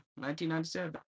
1997